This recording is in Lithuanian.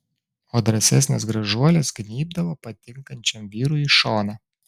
o drąsesnės gražuolės gnybdavo patinkančiam vyrui į šoną